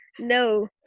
No